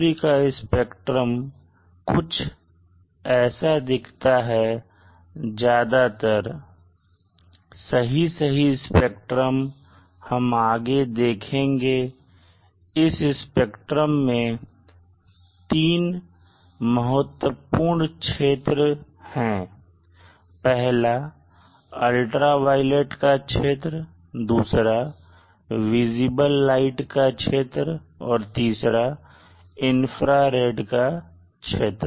सूर्य का स्पेक्ट्रम कुछ ऐसा दिखता है ज्यादातर सही सही स्पेक्ट्रम हम आगे देखेंगे इस स्पेक्ट्रम में 3 महत्वपूर्ण क्षेत्र में पहला UV का क्षेत्र दूसरा विजिबल लाइट का क्षेत्र और तीसरा इंफ्रारेड का क्षेत्र